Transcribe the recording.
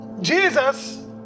Jesus